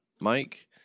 Mike